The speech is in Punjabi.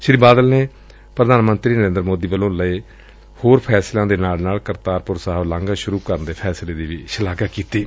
ਸ੍ਰੀ ਬਾਦਲ ਨੇ ਪ੍ਰਧਾਨ ਮੰਤਰੀ ਨਰੇਂਦਰ ਮੋਦੀ ਵੱਲੋਂ ਲਏ ਹੋਰ ਫੈਸਲਿਆਂ ਦੇ ਨਾਲ ਨਾਲ ਕਰਤਾਰਪੁਰ ਲਾਂਘੇ ਨੂੰ ਸੁਰੂ ਕਰਨ ਦੇ ਫੈਸਲੇ ਦੀ ਸ਼ਲਾਘਾ ਕੀਤੀ ਏ